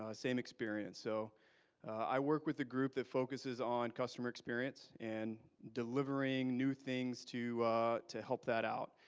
ah same experience. so i work with the group that focuses on customer experience and delivering new things to to help that out.